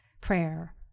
prayer